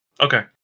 Okay